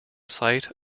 site